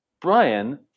Brian